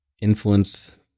influence